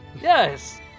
Yes